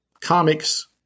comics